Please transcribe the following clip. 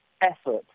effort